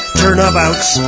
turnabouts